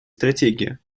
стратегия